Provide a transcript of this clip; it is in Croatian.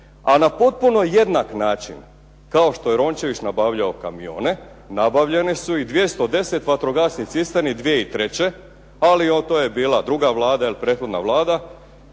A na potpuno jednak način kao što je Rončević nabavljao kamione. Nabavljeni su i 210 vatrogasnih cisterni 2003. ali to je bila druga Vlada ili prethodna Vlada,